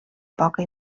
poca